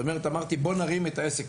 זאת אומרת, אמרתי: בוא נרים את העסק,